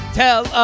tell